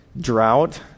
drought